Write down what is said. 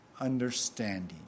understanding